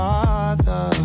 Father